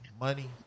money